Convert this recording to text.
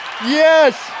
Yes